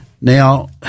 Now